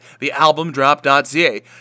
thealbumdrop.ca